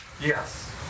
Yes